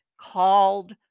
called